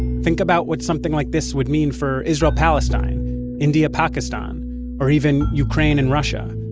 think about what something like this would mean for israel-palestine, india-pakistan or even ukraine and russia.